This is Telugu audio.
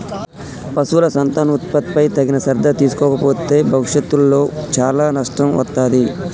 పశువుల సంతానోత్పత్తిపై తగిన శ్రద్ధ తీసుకోకపోతే భవిష్యత్తులో చాలా నష్టం వత్తాది